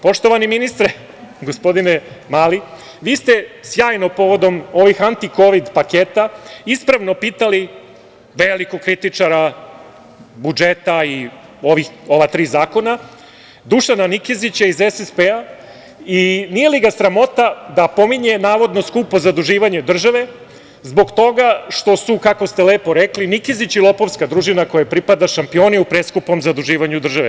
Poštovani ministre, gospodine Mali, vi ste sjajno povodom ovih antikovid paketa ispravno pitali, velikog kritičara budžeta i ova tri zakona, Dušana Nikezića iz SSP-a – nije li ga sramota da pominje, navodno skupo zaduživanje države zbog toga što su kako ste lepo rekli, Nikezić i lopovska družina kojoj pripada, šampioni u preskupom zaduživanju države?